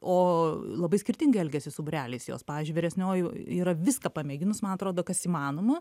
o labai skirtingai elgėsi su būreliais jos pavyzdžiui vyresnioji yra viską pamėginus man atrodo kas įmanoma